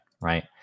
Right